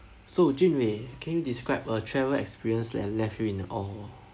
so jun wei can you describe a travel experience that left you in awe